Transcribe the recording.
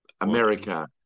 America